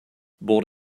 bought